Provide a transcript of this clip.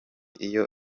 iyo